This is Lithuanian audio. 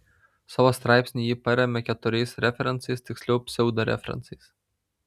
savo straipsnį ji paremia keturiais referencais tiksliau pseudo referencais